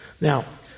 Now